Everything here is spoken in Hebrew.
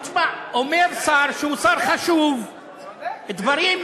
תשמע, אומר שר, שהוא שר חשוב, דברים,